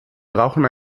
brauchen